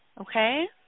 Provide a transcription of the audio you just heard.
okay